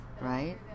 Right